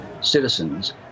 citizens